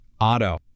Auto